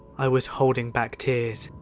i was holding back tears.